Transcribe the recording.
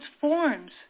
forms